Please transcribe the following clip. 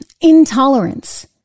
intolerance